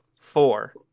four